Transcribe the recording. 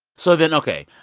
so then, ok,